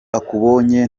akubonye